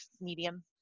medium